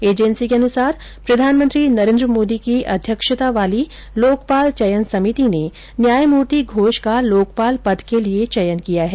agency के अनुसार प्रधानमंत्री नरेन्द्र मोदी की अध्यक्षता वाली लोकपाल चयन समिति ने न्यायमर्ति घोष का लोकपाल पद के लिए चयन किया है